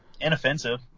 Inoffensive